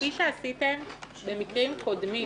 כפי שעשיתם במקרים קודמים.